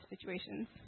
situations